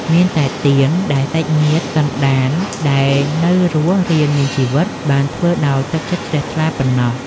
មានតែទាន ដែលសាច់ញាតិសន្តានដែលនៅរស់រានមានជីវិត បានធ្វើដោយទឹកចិត្តជ្រះថ្លាប៉ុណ្ណោះ។